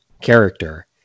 character